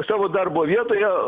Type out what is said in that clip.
savo darbo vietoje